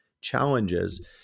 challenges